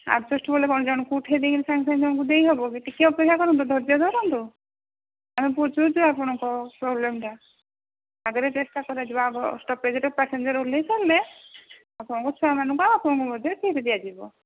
adjust ବୋଲେ କ'ଣ ଜଣଙ୍କୁ ଉଠେଇ ଦେଇ ସାଙ୍ଗେ ସାଙ୍ଗେ ଜଣଙ୍କୁ ଦେଇ ହେବ ଟିକେ ଅପେକ୍ଷା କରନ୍ତୁ ଧୈର୍ଯ୍ୟ ଧରନ୍ତୁ ଆମେ ବୁଝୁଛୁ ଆପଣଙ୍କ ପ୍ରୋବ୍ଲେମ୍ଟା ଆଗରେ ଚେଷ୍ଟା କରାଯିବ ଆଗ ଷ୍ଟପେଜ୍ରେ ପାସେଞ୍ଜର ଓହ୍ଲାଇ ସାରିଲେ ଆପଣଙ୍କ ଛୁଆମାନଙ୍କୁ ଆଉ ଆପଣଙ୍କୁ ମଧ୍ୟ ସିଟ୍ ଦିଆଯିବ